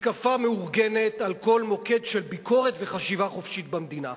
מתקפה מאורגנת על כל מוקד של ביקורת וחשיבה חופשית במדינה.